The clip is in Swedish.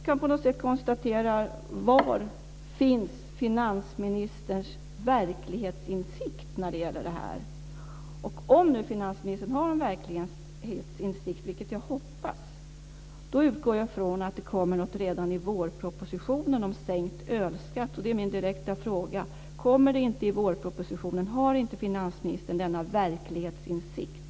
Jag konstaterar detta, och undrar: Var finns finansministerns verklighetsinsikt när det gäller detta? Om han nu har en verklighetsinsikt, vilket jag hoppas, utgår jag från att det kommer något redan i vårpropositionen om sänkt ölskatt. Mina direkta frågor är: Kommer det inte i vårpropositionen? Har inte finansministern denna verklighetsinsikt?